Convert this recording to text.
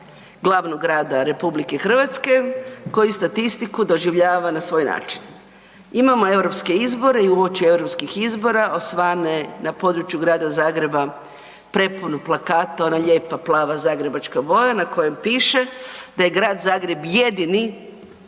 glavnog grada RH koji statistiku doživljava na svoj način. Imamo europske izbore i uoči europskih izbora osvane na području Grada Zagreba, prepun plakata, ona lijepa plava zagrebačka boja na kojem piše da je Grad Zagreb jedini